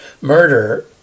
Murder